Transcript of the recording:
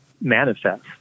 manifest